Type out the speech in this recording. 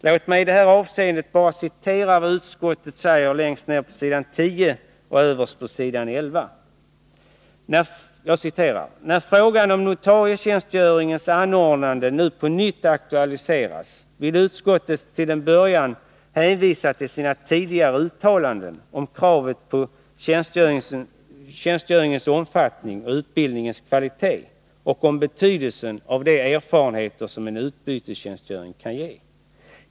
Låt mig i detta avseende citera vad utskottet anför längst ned på s. 10 och överst på s. 11: ”När frågan om notarietjänstgöringens anordnande nu på nytt aktualiseras vill utskottet till en början hänvisa till sina tidigare uttalanden om kraven på tjänstgöringens omfattning och utbildningens kvalitet och om betydelsen av de erfarenheter som en utbytestjänstgöring kan ge.